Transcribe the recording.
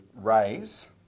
raise